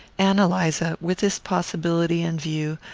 ann eliza, with this possibility in view,